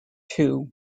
too